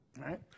Right